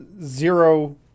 zero